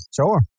Sure